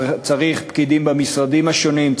צריך פקידים במשרדים השונים,